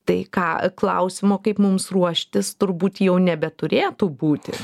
tai ką klausimo kaip mums ruoštis turbūt jau nebeturėtų būti